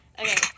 Okay